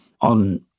on